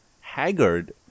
haggard